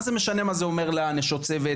מה זה משנה מה זה ואמר לנשות צוות?